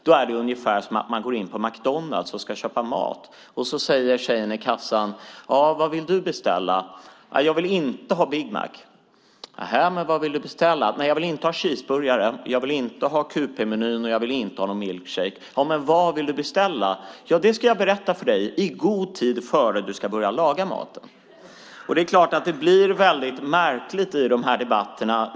Då är det ungefär som om man går in på McDonalds och ska köpa mat: - Vad vill du beställa? säger tjejen i kassan. - Jag vill inte ha Big Mac. - Nähä, men vad vill du beställa? - Jag vill inte ha cheeseburgare, jag vill inte ha QP-menyn och jag vill inte ha någon milkshake. - Men vad vill du beställa? - Ja, det ska jag berätta för dig i god tid innan du ska börja laga maten. Det blir väldigt märkligt i de här debatterna.